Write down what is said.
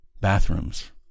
Bathrooms